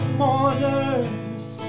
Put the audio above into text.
mourners